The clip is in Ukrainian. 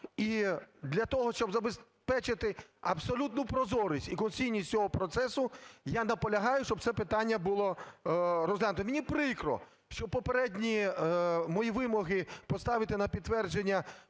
і для того, щоб забезпечити абсолютну прозорість і конституційність цього процесу, я наполягаю, щоб це питання було розглянуто. Мені прикро, що попередні мої вимоги поставити на підтвердження